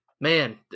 Man